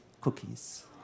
cookies